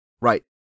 Right